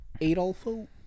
Adolfo